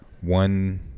one